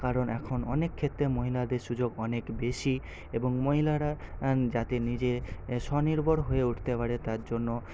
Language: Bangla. কারণ এখন অনেক ক্ষেত্রে মহিলাদের সুযোগ অনেক বেশি এবং মহিলারা যাতে নিজে স্বনির্ভর হয়ে উঠতে পারে তার জন্য